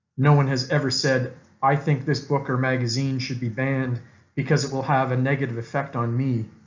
no one has ever said i think this booker magazine should be banned because it will have a negative effect on me.